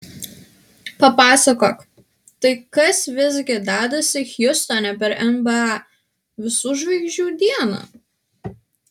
papasakok tai kas visgi dedasi hjustone per nba visų žvaigždžių dieną